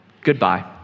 Goodbye